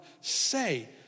say